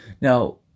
Now